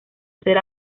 ser